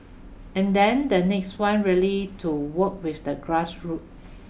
and then the next one really to work with the grassroot